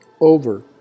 Over